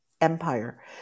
Empire